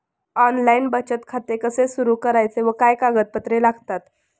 Online बचत खाते कसे सुरू करायचे व काय कागदपत्रे लागतात?